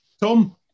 Tom